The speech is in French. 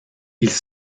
ils